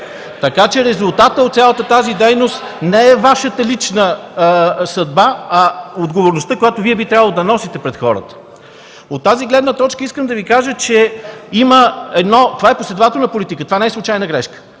Така че резултатът от цялата тази дейност не е Вашата лична съдба, а отговорността, която Вие би трябвало да носите пред хората. От тази гледна точка искам да Ви кажа, че това е последователна политика. Това не е случайна грешка.